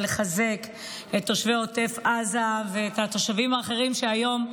ולחזק את תושבי עוטף עזה ואת התושבים האחרים שהיום,